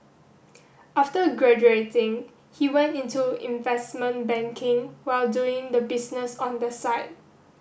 after graduating he went into investment banking while doing the business on the side